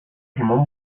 simón